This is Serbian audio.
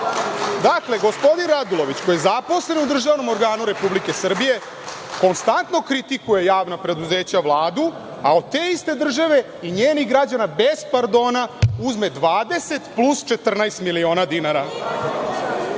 dinara. Dakle, gospodin Radulović, koji je zaposlen u državnom organu Republike Srbije, konstantno kritikuje javna preduzeća, Vladu, a od te iste države i njenih građana bez pardona uzme 20 plus 14 miliona dinara.